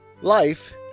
Life